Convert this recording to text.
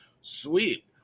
Sweet